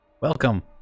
welcome